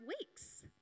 weeks